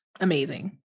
amazing